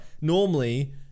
Normally